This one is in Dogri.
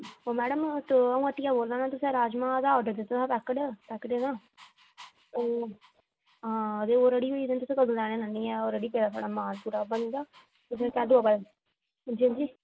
ओह् मैडम ते आ'ऊं हट्टिया बोला ना तुस राजमा दा आर्डर दित्ते दा हां पैकेट पेकेटें दा ओह् ओह् रेडी होई गेदे न तुसें कदूं लैने न ओह् रेडी पेदा थोआढ़ा माल पूरा बनी गेदा हंजी हंजी